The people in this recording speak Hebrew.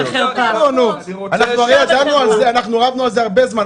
אנחנו רבנו על זה הרבה זמן.